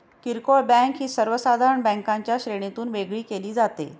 किरकोळ बँक ही सर्वसाधारण बँकांच्या श्रेणीतून वेगळी केली जाते